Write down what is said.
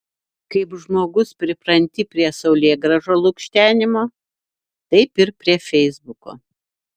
kaip žmogus pripranti prie saulėgrąžų lukštenimo taip ir prie feisbuko